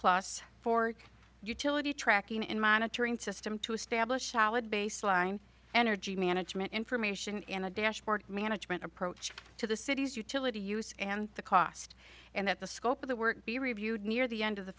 plus for utility tracking and monitoring system to establish our baseline energy management information and a dashboard management approach to the city's utility use and the cost and that the scope of the work be reviewed near the end of the